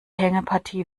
hängepartie